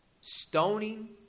Stoning